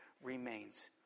remains